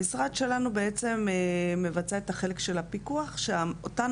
המשרד שלנו מבצע את החלק של הפיקוח של אותן